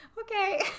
Okay